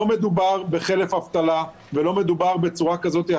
לא מדובר בחלף אבטלה ולא מדובר בצורה כזאת או